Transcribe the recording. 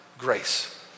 grace